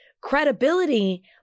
credibility